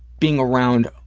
being around